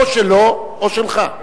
או שלו או שלך.